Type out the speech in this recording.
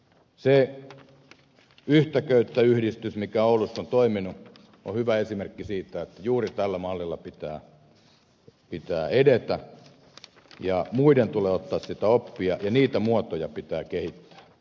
se yhtä köyttä yhdistys joka oulussa on toiminut on hyvä esimerkki siitä että juuri tällä mallilla pitää edetä ja muiden tulee ottaa siitä oppia ja niitä muotoja pitää kehittää